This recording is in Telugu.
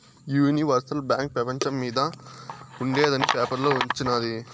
ఈ యూనివర్సల్ బాంక్ పెపంచం మొత్తం మింద ఉండేందని పేపర్లో వచిన్నాది